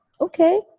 okay